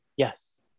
Yes